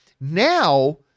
Now